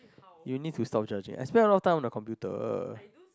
you need to stop judging I spend a lot of time on the computer